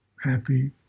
happy